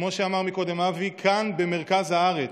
כמו שאמר קודם אבי, כאן במרכז הארץ,